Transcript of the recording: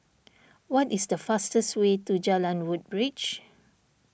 what is the fastest way to Jalan Woodbridge